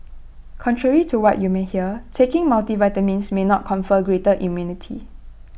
contrary to what you may hear taking multivitamins may not confer greater immunity